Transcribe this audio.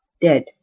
dead